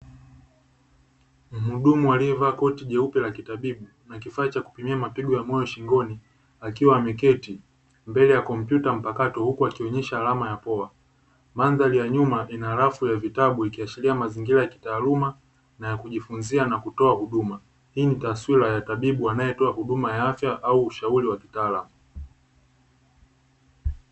Mhudumu aliyevaa koti jeupe la kitabibu, na kivaa kifaa cha kupimia mapigo ya moyo shingoni, akiwa ameketi mbele ya kompyuta mpakato huku akionyesha alama ya poa. Mandhari ya nyuma ina rafu ya vitabu ikiashiria mazingira ya kitaaluma, na ya kujifunzia na kutoa huduma. Hii ni taswira ya tabibu anayetoa huduma ya afya au ushauri wa kitaalamu.